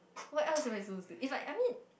what else am I do is like I mean